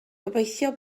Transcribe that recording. gobeithio